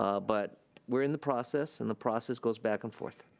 ah but we're in the process, and the process goes back and forth.